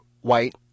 white